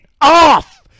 off